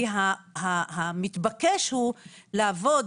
כי המתבקש הוא לעבוד,